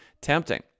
Tempting